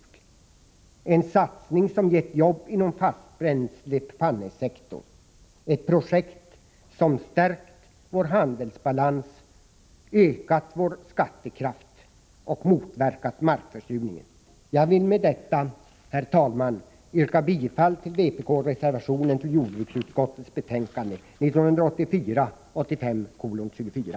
Det kunde ha blivit en satsning som hade gett jobb inom fastbränslepannesektorn, ett projekt som hade stärkt vår handelsbalans, ökat vår skattekraft och motverkat markförsurningen. Jag vill med detta, herr talman, yrka bifall till vpk-reservationen till jordbruksutskottets betänkande 24.